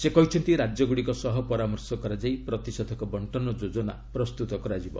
ସେ କହିଛନ୍ତି ରାଜ୍ୟଗୁଡ଼ିକ ସହ ପରାମର୍ଶ କରାଯାଇ ପ୍ରତିଷେଧକ ବଣ୍ଟନ ଯୋଜନା ପ୍ରସ୍ତୁତ କରାଯିବ